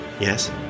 Yes